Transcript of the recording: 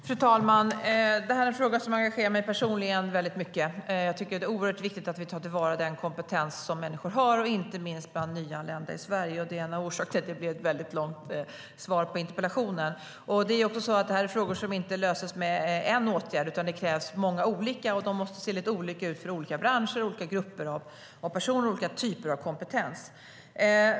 Fru talman! Det här är en fråga som engagerar mig personligen väldigt mycket. Jag tycker att det är oerhört viktigt att vi tar till vara den kompetens som människor har, inte minst nyanlända, i Sverige. Det är en av orsakerna till att det blev ett långt svar på interpellationen. Det här är frågor som inte löses med en åtgärd, utan det krävs många olika åtgärder. De måste också se lite olika ut för olika branscher, olika grupper av personer och olika typer av kompetens.